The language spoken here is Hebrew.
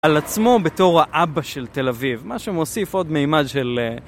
על עצמו בתור האבא של תל אביב, מה שמוסיף עוד מימד של...